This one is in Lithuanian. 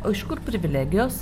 o iš kur privilegijos